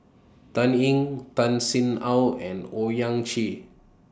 Dan Ying Tan Sin Aun and Owyang Chi